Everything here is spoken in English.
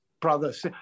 brothers